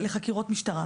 לחקירות משטרה?